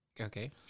Okay